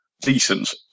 decent